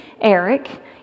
Eric